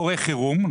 קורה חירום,